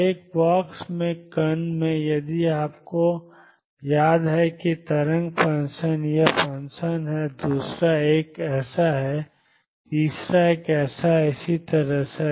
तो एक बॉक्स में कण में यदि आपको याद है कि तरंग फ़ंक्शन यह फ़ंक्शन है दूसरा एक ऐसा है तीसरा एक ऐसा है और इसी तरह